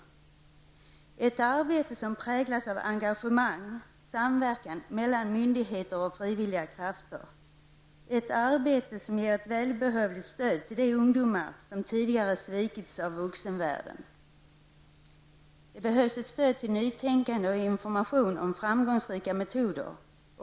Det är ett arbete som präglas av engagemang samt samverkan mellan myndigheter och frivilliga krafter. Det är ett arbete som ger ett välbehövligt stöd till de ungdomar som tidigare har svikits av vuxenvärlden. Det behövs ett stöd till nytänkande och information om framgångsrika metoder.